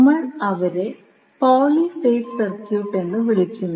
നമ്മൾ അവരെ poly phase circuit എന്ന് വിളിക്കുന്നു